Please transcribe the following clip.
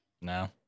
No